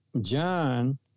John